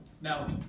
Now